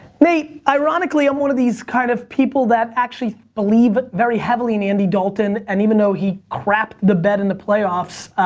nate, ironically i'm one of these kind of people that actually believe very heavily in andy dalton, and even though he crapped the bed in the playoffs,